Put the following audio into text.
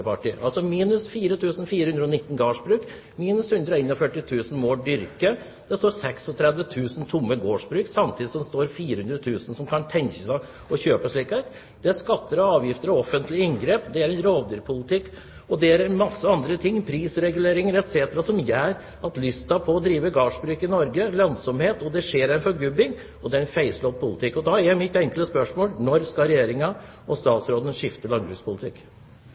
Altså, minus 4 419 gårdsbruk, minus 141 000 mål dyrket mark. Det står 36 000 tomme gårdsbruk, samtidig som det er 400 000 som kan tenke seg å kjøpe et. Det er skatter, avgifter og offentlige inngrep. Det er rovdyrpolitikk, og det er en masse andre ting, som prisreguleringer etc., som gjør at lysten til å drive gårdsbruk i Norge blir borte, dårlig lønnsomhet, det skjer en forgubbing – en feilslått politikk. Da er mitt enkle spørsmål: Når skal Regjeringen og statsråden skifte landbrukspolitikk?